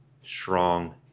strong